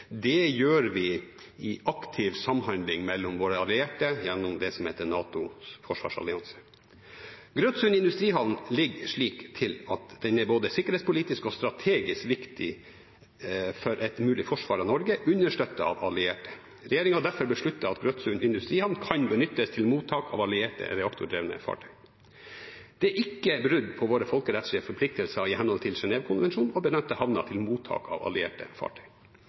Det gjør vi i aktiv samhandling med våre allierte gjennom NATOs forsvarsallianse. Grøtsund industrihavn ligger slik til at den er både sikkerhetspolitisk og strategisk viktig for et mulig forsvar av Norge understøttet av allierte. Regjeringen har derfor besluttet at Grøtsund industrihavn kan benyttes til mottak av allierte reaktordrevne fartøy. Det er ikke brudd på våre folkerettslige forpliktelser i henhold til Genèvekonvensjonene å benytte havnen til mottak av allierte fartøy.